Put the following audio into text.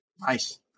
Nice